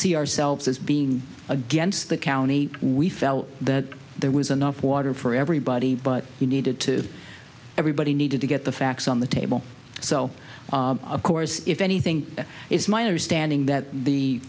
see ourselves as being against the county we felt that there was enough water for everybody but you needed to everybody needed to get the facts on the table so of course if anything it's my understanding that the